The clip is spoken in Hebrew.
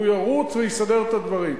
הוא ירוץ ויסדר את הדברים.